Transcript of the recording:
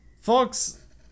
Folks